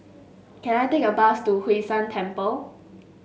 can I take a bus to Hwee San Temple